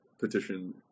petition